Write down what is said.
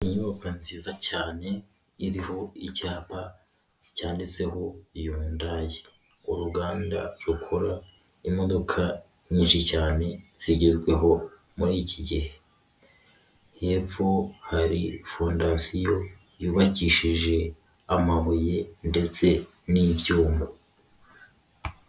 Inyubako nziza cyane iriho icyapa cyanditseho Yundayi, uruganda rukora imodoka nyinshi cyane zigezweho muri iki gihe hepfo hari fondasiyo yubakishije amabuye ndetse n'ibyuma.